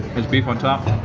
it's beef on top?